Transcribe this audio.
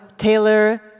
Taylor